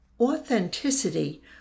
Authenticity